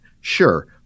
Sure